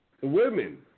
women